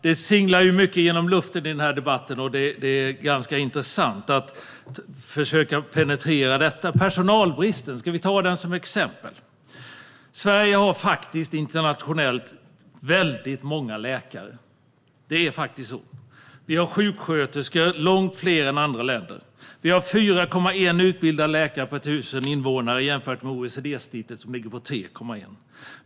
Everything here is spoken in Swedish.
Det singlar mycket genom luften i debatten, och det är intressant att penetrera allt detta. Låt mig ta personalbristen som ett exempel. Sverige har faktiskt internationellt sett många läkare. Det är så. Det finns långt fler sjuksköterskor än i andra länder. Det finns 4,1 utbildade läkare per 1 000 invånare jämfört med OECD-snittet som ligger på 3,1.